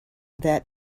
that